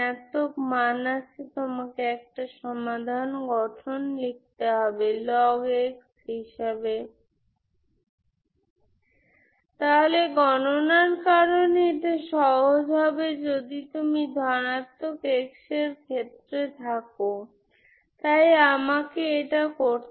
সুতরাং আপনার সাধারণ সমাধান কি তারপর সাধারণ সমাধানyxc2 হয়ে যায় শুধু একটি কন্সট্যান্ট